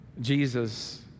Jesus